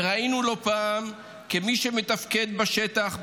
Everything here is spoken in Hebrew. וראינו לא פעם כי מי שמתפקד בשטח,